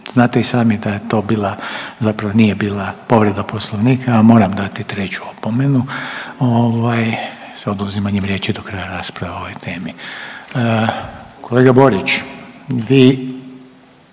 znate i sami da je to bila, zapravo nije bila povreda poslovnika, ja moram dati treću opomenu ovaj s oduzimanjem riječi do kraja rasprave o ovoj temi. Kolega Borić, vi